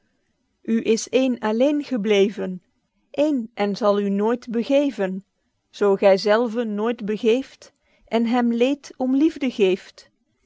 is een alleen gebleven een en zal u nooit begeven zoo gy zelve nooit begeeft en hem leed om liefde geeft